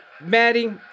Maddie